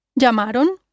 Llamaron